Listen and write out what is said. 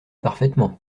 parfaitement